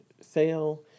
sale